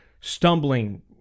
stumbling